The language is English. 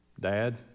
Dad